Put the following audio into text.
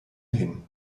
hin